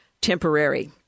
temporary